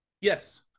Yes